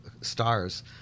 stars